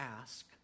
ask